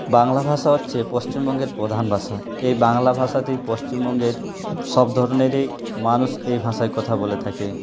বাংলা ভাষা হচ্ছে পশ্চিমবঙ্গের প্রধান ভাষা এই বাংলা ভাষাতেই পশ্চিমবঙ্গের সব ধরনেরই মানুষ এই ভাষায় কথা বলে থাকে